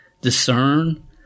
discern